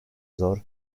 zor